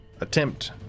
attempt